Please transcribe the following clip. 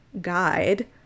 guide